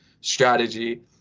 strategy